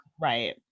Right